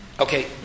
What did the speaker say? Okay